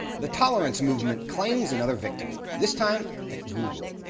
the tolerance movement claims another victim. this time, at google.